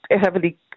heavily